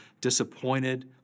disappointed